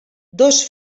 dos